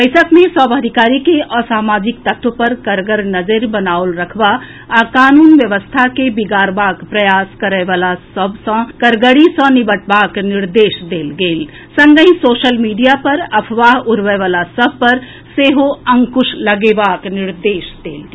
बैसक मे सभ अधिकारी के असामाजिक तत्व पर कड़गर नजरि बनाओल रखबा आ कानून व्यवस्था के बिगाड़बाक प्रयास करयल वला सभ सँ कड़गरी सँ निबटबाक निर्देश देल गेल संगहि सोशल मीडिया पर अफवाह उड़बय वला सभ पर सेहो अंकुश लगेबाक निर्देश देल गेल